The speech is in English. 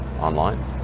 online